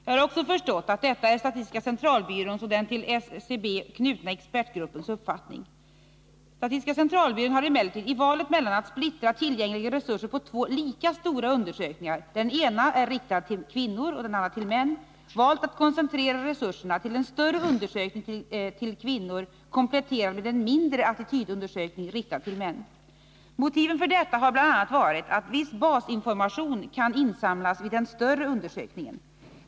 Jag har också förstått att detta är statistiska centralbyråns och den till SCB knutna expertgruppens uppfattning. Statistiska centralbyrån har emellertid i valet mellan att splittra tillgängliga resurser på två lika stora undersökningar, där den ena är riktad till kvinnor och den andra till män, valt att koncentrera resurserna till en större 125 undersökning till kvinnor, kompletterad med en mindre attitydundersökning riktad till män. Motiven för detta har bl.a. varit att viss basinformation kan insamlas vid den större undersökningen.